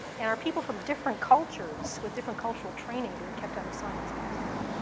and are people from different cultures, with different cultural training being kept out of science because of that?